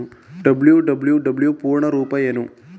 WWW ಪೂರ್ಣ ರೂಪ ಏನು?